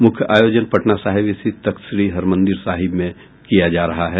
मुख्य आयोजन पटना साहिब स्थित तख्तश्री हरिमंदिर साहिब में किया जा रहा है